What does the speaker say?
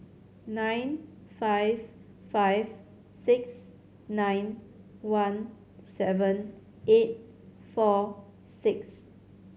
nine five five six nine one seven eight four six